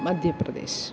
Madhya Pradesh